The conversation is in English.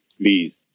Please